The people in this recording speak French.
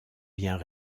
biens